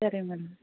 ಸರಿ ಮೇಡಮ್